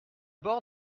bord